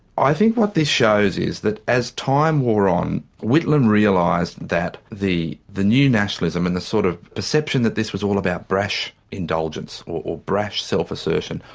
i think what this shows is that as time wore on, whitlam realised that the the new nationalism and the sort of perception that this was all about brash indulgence, or brash self-assertion,